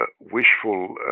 wishful